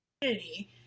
community